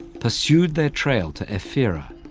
pursued their trail to ephyra,